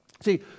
See